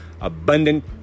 abundant